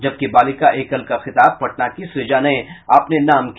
जबकि बालिका एकल का खिताब पटना की सूजा ने अपने नाम किया